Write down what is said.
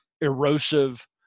erosive